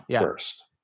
first